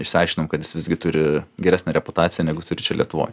išsiaiškinam kad jis visgi turi geresnę reputaciją negu turi čia lietuvoj